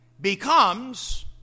becomes